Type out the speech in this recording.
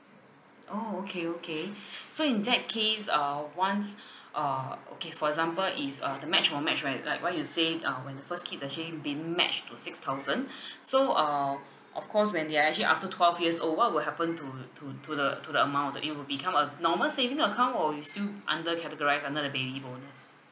oh okay okay so in that case uh once err okay for example if uh the match co match right like what you said um when the first kid it's actually being matched to six thousand so uh of course when they are actually after twelve years old what will happen to to to the to the amount it will become a normal saving account or it'll still under categorise under the baby bonus